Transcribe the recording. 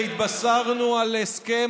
התבשרנו על הסכם,